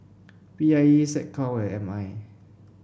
P I E SecCom and M I